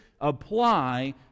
apply